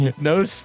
no